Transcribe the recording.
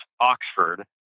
Oxford